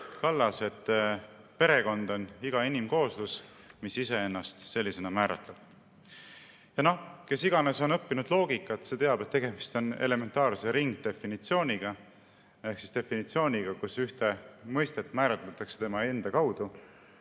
samamoodi, et perekond on iga inimkooslus, mis iseennast sellisena määratleb. Kes iganes on õppinud loogikat, see teab, et tegemist on elementaarse ringdefinitsiooniga ehk definitsiooniga, mis ühte mõistet määratleb tema enda kaudu.